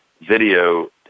video